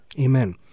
Amen